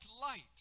light